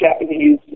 Japanese